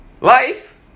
life